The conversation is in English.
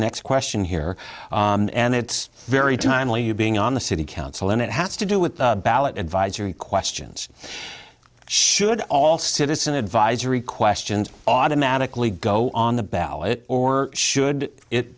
next question here and it's very timely you being on the city council and it has to do with ballot advisory questions should all citizen advisory questions automatically go on the ballot or should it